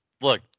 look